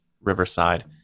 Riverside